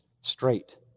straight